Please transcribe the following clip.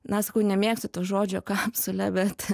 na sakau nemėgstu to žodžio kapsulė bet